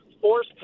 force